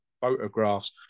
photographs